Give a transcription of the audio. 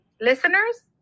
listeners